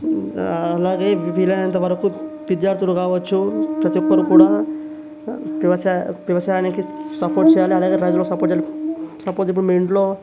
అలాగే వీలైనంతవరకు విద్యార్థులు కావచ్చు ప్రతి ఒక్కరు కూడా వ్యవసా వ్యవసాయానికి సపోర్ట్ చేయాలి అలాగే రైతులకు సపోర్ట్ చేయాలి సపోజ్ ఇప్పుడు మీ ఇంటిలో